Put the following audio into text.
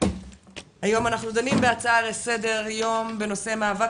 היום אנחנו דנים בהצעה לסדר יום בנושא: מאבק